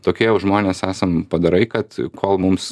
tokie jau žmonės esam padarai kad kol mums